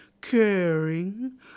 caring